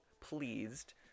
pleased